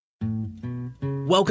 Welcome